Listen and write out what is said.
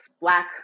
Black